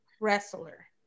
wrestler